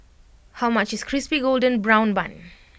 how much is Crispy Golden Brown Bun